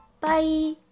Bye